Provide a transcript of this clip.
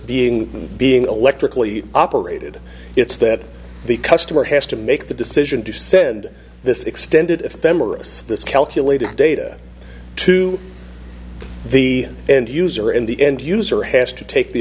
being being electrically operated it's that the customer has to make the decision to send this extended ephemeris this calculated data to the end user in the end user has to take the